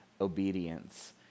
obedience